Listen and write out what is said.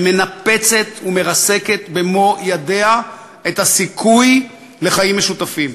שמנפצת ומרסקת במו-ידיה את הסיכוי לחיים משותפים.